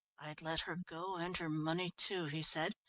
i'd let her go and her money, too, he said.